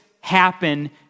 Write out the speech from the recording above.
happen